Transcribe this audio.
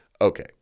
Okay